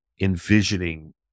envisioning